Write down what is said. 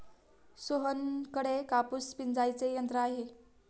सोहनकडे कापूस पिंजायचे यंत्र आहे